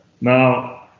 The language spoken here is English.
Now